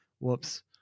Whoops